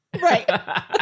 Right